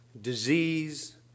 disease